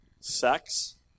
Sex